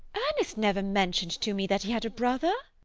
ernest never mentioned to me that he had a brother.